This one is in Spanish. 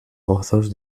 gozos